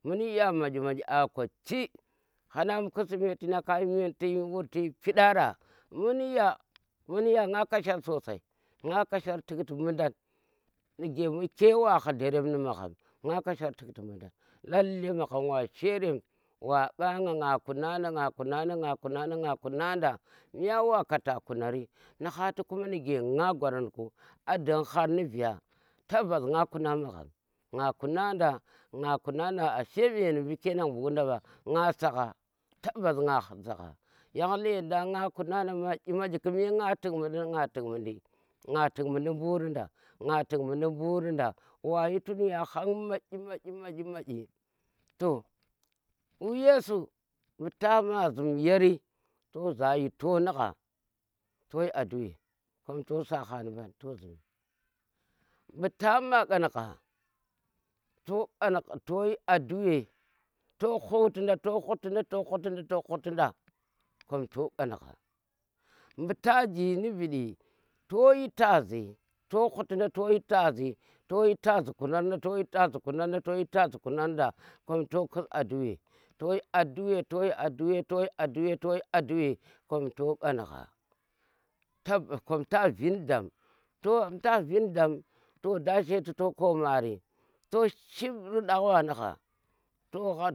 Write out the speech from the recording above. Munya maƙi maki a kochi hana mbu kirisimeti na ka yhi meni tiyshi wuri ti yi pindara mun ya mun ya nga kashiri sosai, nga kashar tik ti mundan nige bu ke wa hlu ni magham nga kashar tik ti mundan, lalle magham wa sherem wa ƙa nga, nga kuna nda, nga kuna nda, nga kuna nda nga kuna nda meyy wa kata kunari ni hati ku nige nga gwaranku a ding har ni vei tabbas nga kuna magham, nga kuna nda, nga kuna nda, nga kuna nda ashe meni mbu ke ngan mburinda mba nga sagha tabbas nga sagha yang lendan nga kuna nda maƙi maƙi kime nga tik mundan, nga tik muundi, nga tik muundi mburinda nga tik munrinda nga wayi tun ya hang maƙi maƙi maoƙi. To buri yesu mbu ta ma ziim yari to zaa yito na gha toh yi aduwe kom to sa ha ni mban mu tam ƙongha toh yi aduwe to huti nda to huti nda, to huti nda, to huti nda kom to kongha, ɓuta ji ni viiɗi to yhi tazi, to hutinda toyi tazi to yi taza kunar nda, toyi tazi kinar nda. to yi tazi kunar nda, kom to kuz aduwe, toyi aduwe toyi aduwe kom to ƙongha tabbas kom ta viin daam to mbu ta viin daam da shisheti to koo mari to shiip riɗak ɓa nagha to nagha.